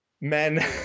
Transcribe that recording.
men